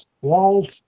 walls